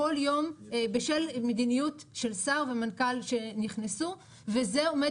בשל מדיניות של שר ומנכ"ל שנכנסו וזה עומד